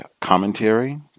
commentary